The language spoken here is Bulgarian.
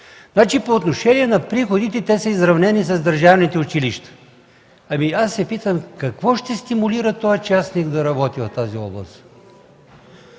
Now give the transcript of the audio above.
Значи, по отношение на приходите те са изравнени с държавните училища. Ами аз се питам какво ще стимулира този частник да работи в тази област.